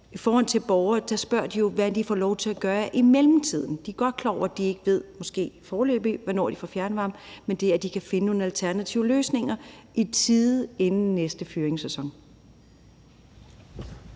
hurtigere. Borgerne spørger jo om, hvad de kan få lov til at gøre i mellemtiden. De er godt klar over, at de måske ikke foreløbig ved, hvornår de får fjernvarme, men de vil gerne finde nogle alternative løsninger i tide inden næste fyringssæson.